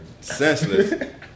Senseless